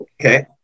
okay